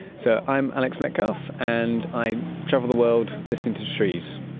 so i'm alex metcalfe and i travel the world listening to trees.